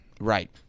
Right